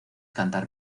cantar